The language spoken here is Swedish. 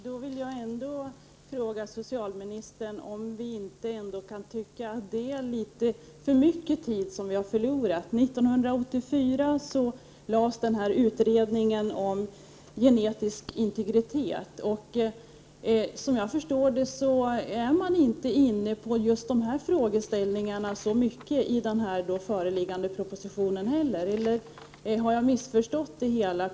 Herr talman! Jag vill ändå fråga socialministern om han inte kan tycka att det är litet för mycket tid som vi har förlorat. 1984 lades utredningen om genetisk integritet fram. Som jag förstår det är man inte så mycket inne på just dessa frågeställningar i den proposition som nu är under utarbetande heller. Eller har jag missförstått det hela?